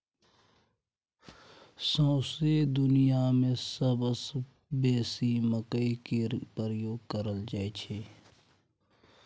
सौंसे दुनियाँ मे सबसँ बेसी मकइ केर प्रयोग कयल जाइ छै